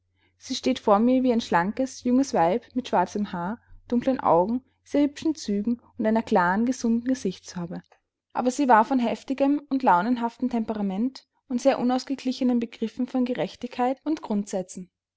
sie steht vor mir wie ein schlankes junges weib mit schwarzem haar dunklen augen sehr hübschen zügen und einer klaren gesunden gesichtsfarbe aber sie war von heftigem und launenhaftem temperament und sehr unausgeglichenen begriffen von gerechtigkeit und grundsätzen